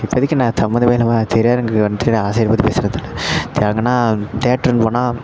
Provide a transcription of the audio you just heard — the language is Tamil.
இப்போதிக்கி நான் சம்மந்தமே இல்லாமல் திரையரங்குக்கு வந்துட்டு நான் அரசியல் பற்றி பேசறதில்ல திரையரங்குனா தேட்டருன்னு போனால்